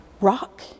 rock